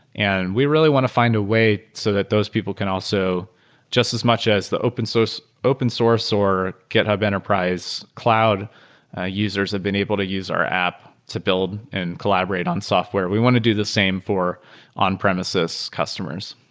and we really want to find a way so that those people can also just as much as the open source open source or get hub enterprise cloud ah users have been able to use our app to build and collaborate on software. we want to do the same for on-premises customers.